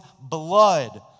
blood